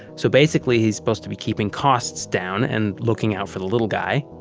so basically he's supposed to be keeping costs down and looking out for the little guy.